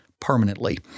permanently